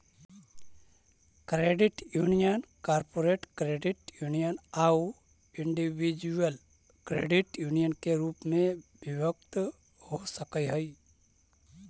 credit union corporate credit union आउ individual credit union के रूप में विभक्त हो सकऽ हइ